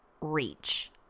reach